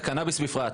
לקנביס בפרט.